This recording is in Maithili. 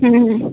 हुँ